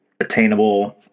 attainable